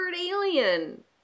alien